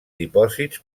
dipòsits